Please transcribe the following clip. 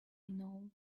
know